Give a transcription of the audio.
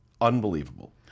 Unbelievable